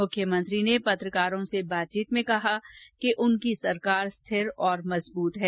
मुख्यमंत्री ने पत्रकारों से बातचीत में कहा कि उनकी सरकार स्थिर और मजबूत है